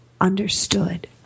understood